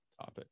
topic